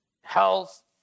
health